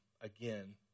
again